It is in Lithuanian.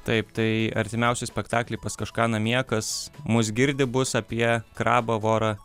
taip tai artimiausi spektakliai pas kažką namie kas mus girdi bus apie krabą vorą